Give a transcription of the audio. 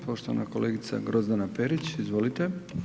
Poštovana kolegica Grozdana Perić, izvolite.